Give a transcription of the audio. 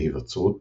והיווצרות